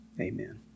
Amen